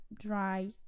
dry